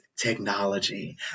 technology